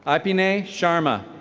ipinay sharma.